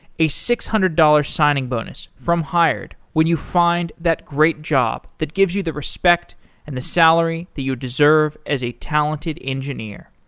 a six hundred dollars signing bonus from hired when you find that great job that gives you the respect and the salary that you deserve as a talented engineer.